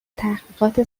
تحقیقات